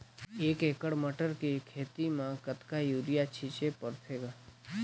एक एकड़ मटर के खेती म कतका युरिया छीचे पढ़थे ग?